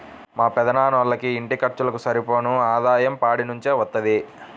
మా పెదనాన్నోళ్ళకి ఇంటి ఖర్చులకు సరిపోను ఆదాయం పాడి నుంచే వత్తది